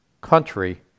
country